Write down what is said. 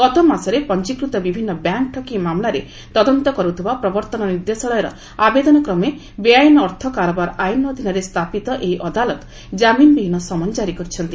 ଗତ ମାସରେ ପଞ୍ଜିକୃତ ବିଭିନ୍ନ ବ୍ୟାଙ୍କ୍ ଠକେଇ ମାମଲାରେ ତଦନ୍ତ କରୁଥିବା ପ୍ରବର୍ତ୍ତନ ନିର୍ଦ୍ଦେଶାଳୟର ଆବେଦନ କ୍ରମେ ବେଆଇନ୍ ଅର୍ଥ କାରବାର ଆଇନ୍ ଅଧୀନରେ ସ୍ଥାପିତ ଏହି ଅଦାଲତ୍ ଜାମିନ୍ ବିହୀନ ସମନ ଜାରି କରିଛନ୍ତି